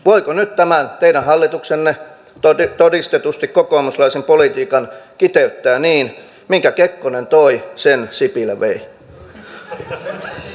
voiko nyt tämän teidän hallituksenne todistetusti kokoomuslaisen politiikan kiteyttää niin että minkä kekkonen toi sen sipilä vei